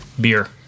Beer